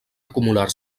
acumular